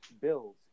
Bills